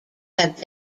have